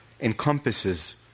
encompasses